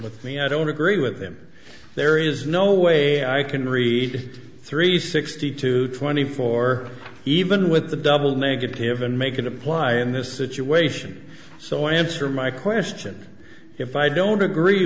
with me i don't agree with him there is no way i can read three sixty two twenty four even with the double negative and make it apply in this situation so i answer my question if i don't agree